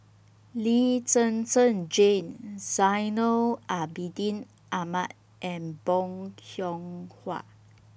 Lee Zhen Zhen Jane Zainal Abidin Ahmad and Bong Hiong Hwa